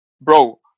Bro